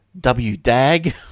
WDAG